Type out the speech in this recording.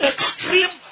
Extreme